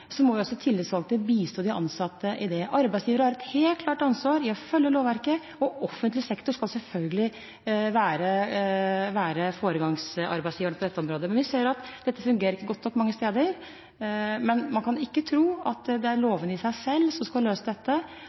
må også tillitsvalgte bistå de ansatte. Arbeidsgivere har et helt klart ansvar for å følge lovverket. Offentlig sektor skal selvfølgelig være foregangsarbeidsgivere på dette området. Vi ser at dette ikke fungerer godt nok mange steder, men man kan ikke tro at det er lovene i seg selv som skal løse dette.